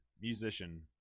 musician